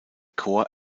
chor